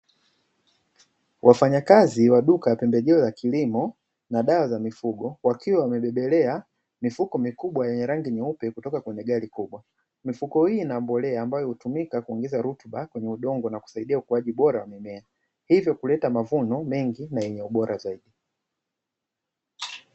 Wafanyakazi wa duka la pembejeo za kilimo na dawa za mifugo wakiwa wamebebelea mifuko mikubwa yenye rangi nyeupe kutoka kwenye gari kubwa. Mifuko hii ina mbolea ambayo hutumika kuongeza rutuba kwenye udongo nakusaidia kukuwa kwa mimea hivyo huleta mazao mengi yenye ubola zaidi.